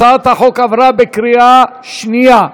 הצעת החוק עברה בקריאה שנייה.